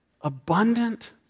abundant